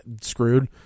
screwed